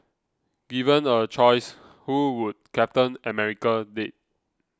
given a choice who would Captain America date